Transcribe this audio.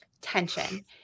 tension